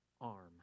arm